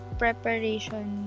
preparation